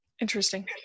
Interesting